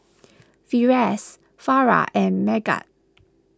Firash Farah and Megat